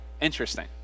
interesting